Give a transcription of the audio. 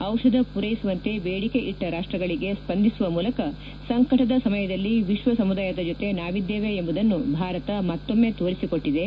ದಿಷಧ ಪೂರೈಸುವಂತೆ ಬೇಡಿಕೆ ಇಟ್ಟ ರಾಷ್ಷಗಳಿಗೆ ಸ್ವಂದಿಸುವ ಮೂಲಕ ಸಂಕಟದ ಸಮಯದಲ್ಲಿ ವಿಶ್ವ ಸಮುದಾಯದ ಜೊತೆ ನಾವಿದ್ಲೇವೆ ಎಂಬುದನ್ನು ಭಾರತ ಮತ್ತೊಮ್ನೆ ತೋರಿಸಿಕೊಟ್ಟದೆ